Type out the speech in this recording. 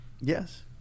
Yes